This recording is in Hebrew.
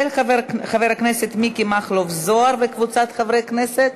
של חבר הכנסת מכלוף מיקי זוהר וקבוצת חברי כנסת.